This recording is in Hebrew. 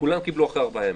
כולם קיבלו אחרי ארבעה ימים.